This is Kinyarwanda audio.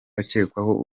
akekwaho